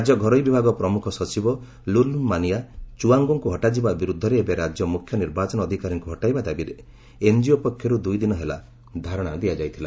ରାଜ୍ୟ ଘରୋଇ ବିଭାଗ ପ୍ରମୁଖ ସଚିବ ଲାଲ୍ନୁନ୍ମାୱିଆ ଚୁଆଉଙ୍ଗୋ ଙ୍କୁ ହଟାଯିବା ବିରୁଦ୍ଧରେ ଏବଂ ରାଜ୍ୟ ମୁଖ୍ୟ ନିର୍ବାଚନ ଅଧିକାରୀଙ୍କୁ ହଟାଇବା ଦାବିରେ ଏନ୍ଜିଓ ପକ୍ଷରୁ ଦୁଇ ଦିନ ହେଲା ଧାରଣା ଦିଆଯାଇଥିଲା